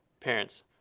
parents,